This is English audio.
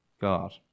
God